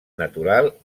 natural